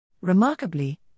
Remarkably